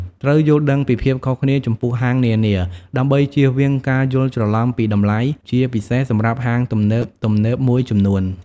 ត្រូវយល់ដឹងពីភាពខុសគ្នាចំពោះហាងនានា ដើម្បីជៀសវាងការយល់ច្រឡំពីតម្លៃ ជាពិសេសសម្រាប់ហាងទំនើបៗមួយចំនួន។